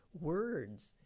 words